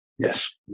Yes